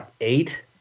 eight